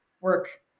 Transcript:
work